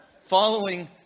following